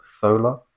solar